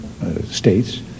States